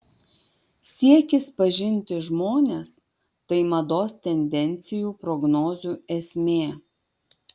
siekis pažinti žmones tai mados tendencijų prognozių esmė